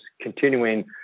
continuing